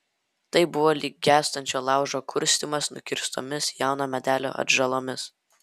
tai buvo lyg gęstančio laužo kurstymas nukirstomis jauno medelio atžalomis